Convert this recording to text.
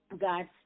God